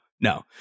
no